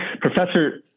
Professor